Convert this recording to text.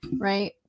right